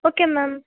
okay ma'am